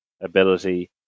ability